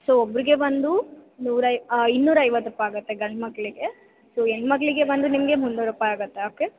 so ಒಬ್ಬರಿಗೆ ಬಂದು ನೂರ ಇನ್ನೂರ ಐವತ್ತು ರೂಪಾಯಿ ಆಗುತ್ತೆ ಗಂಡು ಮಕ್ಳಿಗೆ ಸೊ ಹೆಣ್ಮಕ್ಳಿಗೆ ಬಂದು ನಿಮಗೆ ಮುನ್ನೂರು ರೂಪಾಯಿ ಆಗುತ್ತೆ ಓಕೆ